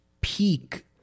peak